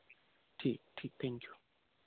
ठीक ठीक thank you